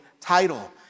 title